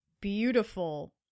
beautiful